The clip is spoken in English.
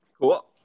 Cool